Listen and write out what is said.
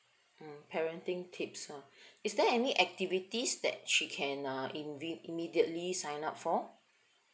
mm parenting tips ah is there any activities that she can uh imme~ immediately sign up for